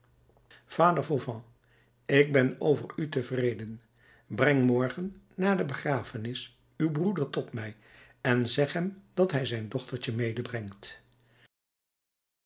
vader fauvent ik ben over u tevreden breng morgen na de begrafenis uw broeder tot mij en zeg hem dat hij zijn dochtertje medebrengt